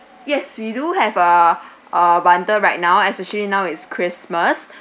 yes we do have a uh bundle right now especially now it's christmas